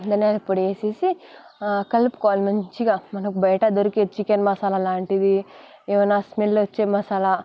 ధనియాలు పొడి వేసేసి కలుపుకోవాలి మంచిగా మనకు బయట దొరికే చికెన్ మసాలా లాంటివి ఏమైనా స్మెల్ వచ్చే మసాలా